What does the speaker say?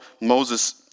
Moses